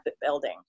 building